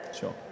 Sure